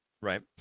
Right